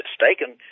mistaken